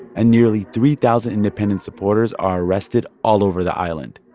and nearly three thousand independent supporters are arrested all over the island.